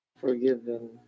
Forgiven